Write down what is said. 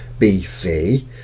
bc